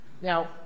Now